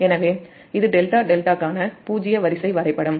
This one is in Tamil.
எனவே இது ∆ ∆க்கான பூஜ்ஜிய வரிசை வரைபடம்